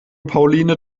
pauline